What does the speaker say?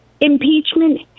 impeachment